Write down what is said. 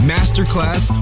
Masterclass